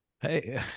Hey